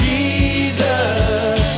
Jesus